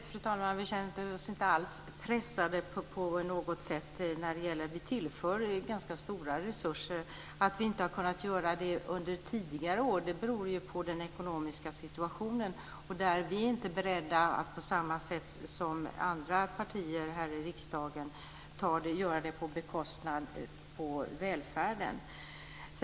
Fru talman! Vi känner oss inte alls pressade på något sätt. Vi tillför ganska stora resurser. Att vi inte har kunnat göra det under tidigare år beror ju på den ekonomiska situationen. Vi är inte beredda på samma sätt som andra partier här i riksdagen att göra detta på bekostnad av välfärden.